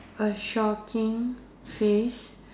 a shocking face